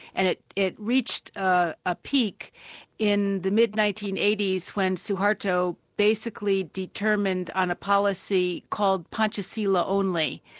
and it it reached ah a peak in the mid nineteen eighty s when suharto basically determined on a policy called pancasila only,